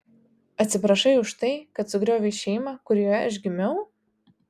atsiprašai už tai kad sugriovei šeimą kurioje aš gimiau